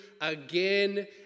again